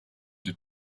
the